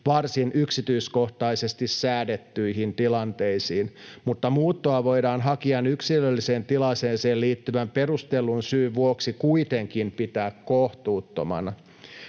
varsin yksityiskohtaisesti säädettyihin tilanteisiin, mutta muuttoa voidaan hakijan yksilölliseen tilanteeseen liittyvän perustellun syyn vuoksi kuitenkin pitää kohtuuttomana.